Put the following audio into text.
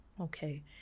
Okay